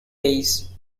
ways